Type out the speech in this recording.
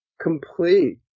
complete